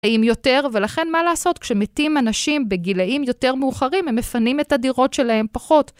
האם יותר, ולכן מה לעשות, כשמתים אנשים בגילאים יותר מאוחרים, הם מפנים את הדירות שלהם פחות.